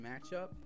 matchup